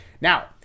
Now